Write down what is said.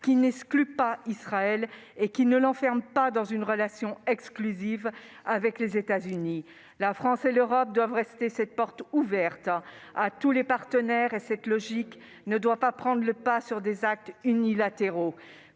n'excluant pas Israël et ne l'enfermant pas dans une relation exclusive avec les États-Unis. La France et l'Europe doivent laisser leur porte ouverte à tous les partenaires, et cette logique ne doit pas prendre le pas sur des actes unilatéraux.